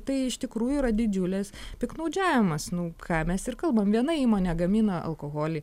tai iš tikrųjų yra didžiulis piktnaudžiavimas nu ką mes ir kalbam viena įmonė gamina alkoholį